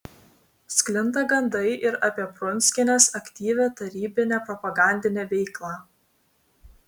sklinda gandai ir apie prunskienės aktyvią tarybinę propagandinę veiklą